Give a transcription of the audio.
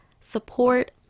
support